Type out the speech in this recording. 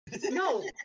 No